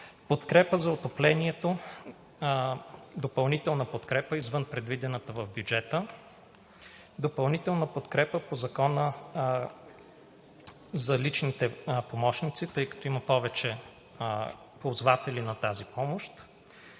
подкрепа за отоплението – допълнителна подкрепа, извън предвидената в бюджета; допълнителна подкрепа по Закона за личните помощници, тъй като има повече ползватели на тази помощ;